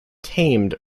tamed